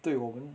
对我们